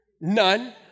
None